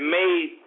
made